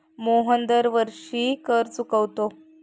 मोहन दरवर्षी कर चुकवतो